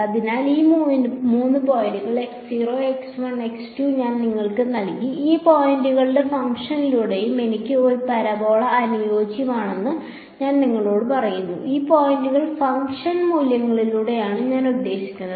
അതിനാൽ ഈ മൂന്ന് പോയിന്റുകൾ ഞാൻ നിങ്ങൾക്ക് നൽകി ഈ പോയിന്റിലൂടെയും ഫംഗ്ഷനുകളിലൂടെയും എനിക്ക് ഒരു പരാബോള അനുയോജ്യമാണെന്ന് ഞാൻ നിങ്ങളോട് പറയുന്നു ഈ പോയിന്റുകളിലെ ഫംഗ്ഷൻ മൂല്യങ്ങളിലൂടെയാണ് ഞാൻ ഉദ്ദേശിക്കുന്നത്